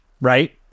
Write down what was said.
right